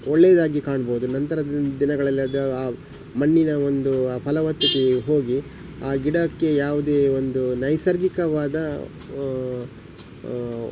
ಒಳ್ಳೆಯದಾಗಿ ಕಾಣ್ಬೋದು ನಂತರದ ದಿನಗಳಲ್ಲಿ ಅದು ಆ ಮಣ್ಣಿನ ಒಂದೂ ಆ ಫಲವತ್ತತೆಯು ಹೋಗಿ ಆ ಗಿಡಕ್ಕೆ ಯಾವುದೇ ಒಂದು ನೈಸರ್ಗಿಕವಾದ